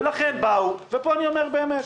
ופה אני אומר באמת,